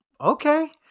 okay